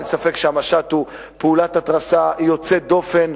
אין ספק שהמשט הוא פעולת התרסה יוצאת דופן,